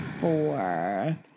four